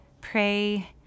pray